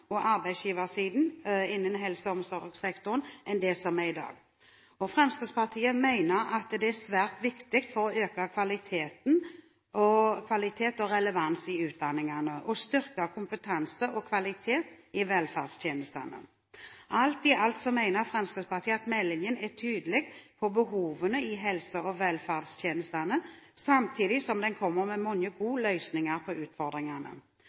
og arbeidsgiversiden innen helse- og omsorgssektoren enn det som er i dag. Fremskrittspartiet mener at det er svært viktig for å øke kvalitet og relevans i utdanningene og for å styrke kompetanse og kvalitet i velferdstjenestene. Alt i alt mener Fremskrittspartiet at meldingen er tydelig på behovene i helse- og velferdstjenestene, samtidig som den kommer med mange gode løsninger på utfordringene.